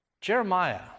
Jeremiah